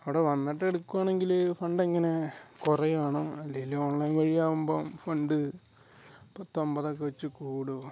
അവിടെ വന്നിട്ട് എടുക്കുവാണെങ്കിൽ ഫണ്ടെങ്ങനെ കുറയുവാണോ അല്ലേൽ ഓൺലൈൻ വഴിയാകുമ്പം ഫണ്ട് പത്തൊൻപത് ഒക്കെ വെച്ച് കൂടും